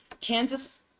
Kansas